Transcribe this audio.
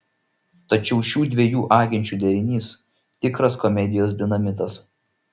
tačiau šių dviejų agenčių derinys tikras komedijos dinamitas